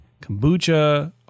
kombucha